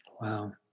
Wow